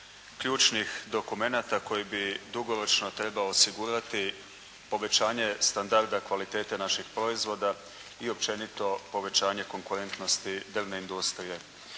ključnih dokumenata koji bi dugoročno trebao osigurati povećanje standarda kvalitete naših proizvoda i općenito povećanje konkurentnosti drven industrije.